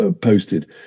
posted